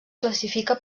classifica